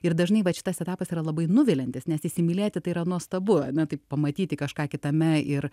ir dažnai vat šitas etapas yra labai nuviliantis nes įsimylėti tai yra nuostabu ane taip pamatyti kažką kitame ir